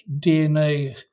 DNA